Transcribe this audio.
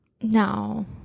No